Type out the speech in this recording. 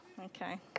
Okay